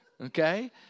okay